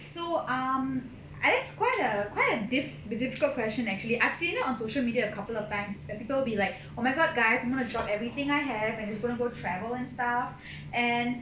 so um err that's quite a quite a diff~ difficult question actually I've seen it on social media a couple of times where people will be like oh my god guys I'm going to drop everything I have and just going to go travel and stuff and